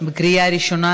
בקריאה ראשונה,